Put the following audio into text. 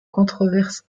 controverses